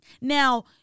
now